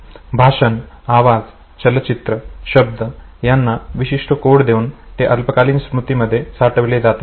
भाषण आवाज चलचित्र शब्द यांना विशिष्ट कोड देऊन ते अल्पकालीन स्मृतीमध्ये साठवले जातात